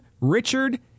Richard